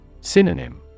Synonym